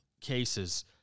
cases